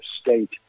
state